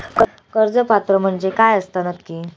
कर्ज पात्र म्हणजे काय असता नक्की?